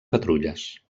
patrulles